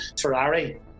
Ferrari